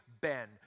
Ben